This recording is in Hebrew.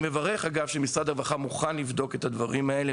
אני מברך על כך שמשרד הרווחה מוכן לבדוק את הדברים האלה,